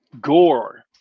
gore